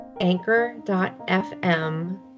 anchor.fm